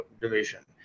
division